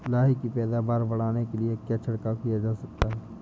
लाही की पैदावार बढ़ाने के लिए क्या छिड़काव किया जा सकता है?